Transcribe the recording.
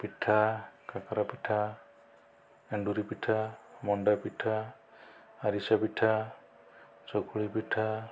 ପିଠା କାକରା ପିଠା ଏଣ୍ଡୁରି ପିଠା ମଣ୍ଡା ପିଠା ଆରିସା ପିଠା ଚକୁଳି ପିଠା